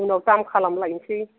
उनाव दाम खालामलायनिसै